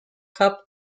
cup